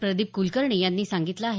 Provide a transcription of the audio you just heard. प्रदीप कुलकर्णी यांनी सांगितलं आहे